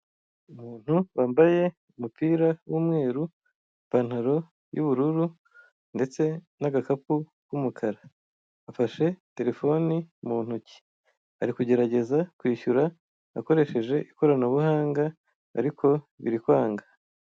Umuntu wambaye umupira w'umweru, ipantaro y'ubururu ndetse n'agakapu k'umukara, afashe terefone mu ntoki. Ari kugerageza kwishyura akoresheje ikoranabuhanga ariko biri kwanga.